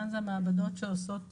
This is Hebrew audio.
כאן זה המעבדות שעושות